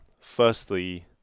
Firstly